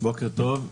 בוקר טוב.